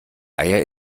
eier